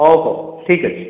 ହଉ ହଉ ଠିକ୍ ଅଛି